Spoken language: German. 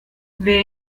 wer